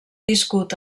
viscut